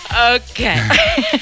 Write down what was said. Okay